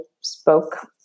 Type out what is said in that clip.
spoke